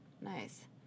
Nice